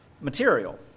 material